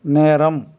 நேரம்